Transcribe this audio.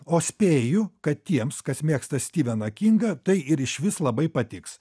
o spėju kad tiems kas mėgsta stiveną kingą tai ir išvis labai patiks